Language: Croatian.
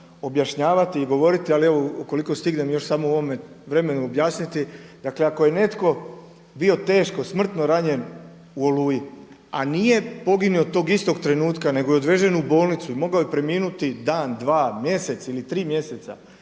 objašnjavati i govorili ali evo koliko stignem još samo u ovome vremenu objasniti. Dakle ako je netko bio teško, smrtno ranjen u Oluji a nije poginuo tog istog trenutka nego je odvezen u bolnicu, mogao je preminuti, dan, dva, mjesec ili tri mjeseca,